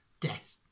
death